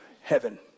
Heaven